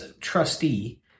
trustee